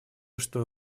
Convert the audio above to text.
что